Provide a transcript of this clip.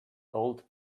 old